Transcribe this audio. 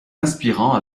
aspirant